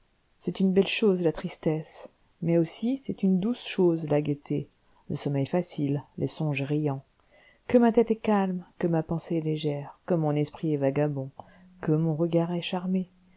c'est une belle chose la tristesse mais aussi c'est une douce chose la gaieté le sommeil facile les songes riants que ma tête est calme que ma pensée est légère que mon esprit est vagabond que mon regard est charmé